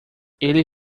ele